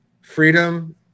Freedom